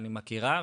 אני מכירה,